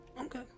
okay